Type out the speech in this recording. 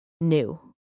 new